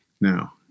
Now